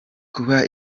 kuba